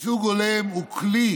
הוא כלי